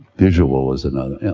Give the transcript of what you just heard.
visual is another,